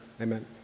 Amen